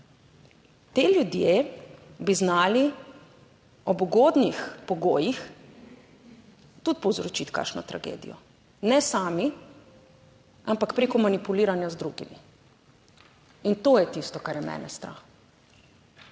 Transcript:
ti ljudje bi znali ob ugodnih pogojih tudi povzročiti kakšno tragedijo, ne sami ampak preko manipuliranja z drugimi. In to je tisto, kar je mene strah,